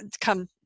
come